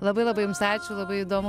labai labai jums ačiū labai įdomu